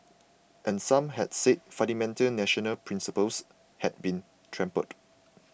and some had said fundamental national principles had been trampled